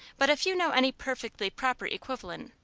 but if you know any perfectly proper equivalent,